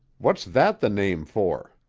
what's that the name for?